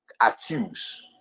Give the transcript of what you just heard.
accuse